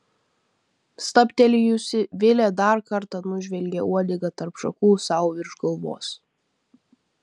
stabtelėjusi vilė dar kartą nužvelgė uodegą tarp šakų sau virš galvos